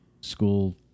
school